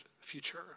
future